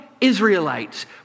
Israelites